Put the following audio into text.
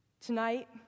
Tonight